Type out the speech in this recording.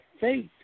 faith